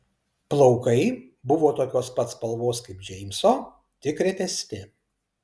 plaukai buvo tokios pat spalvos kaip džeimso tik retesni